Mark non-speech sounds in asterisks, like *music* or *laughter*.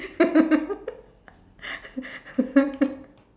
*laughs*